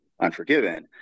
Unforgiven